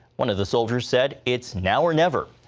one of the soldiers said it's now or never.